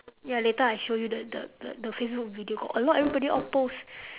ya later I show you the the the facebook video got a lot everybody all post